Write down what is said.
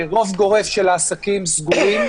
הרוב הגורף של העסקים סגור.